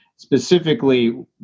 specifically